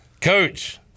coach